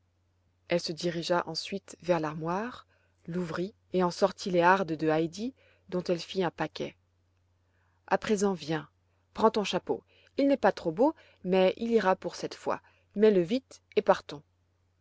elle se dirigea ensuite vers l'armoire l'ouvrit et eu sortit les hardes de heidi dont elle fit un paquet a présent viens prends ton chapeau il n'est pas trop beau mais il ira pour cette fois mets-le vite et partons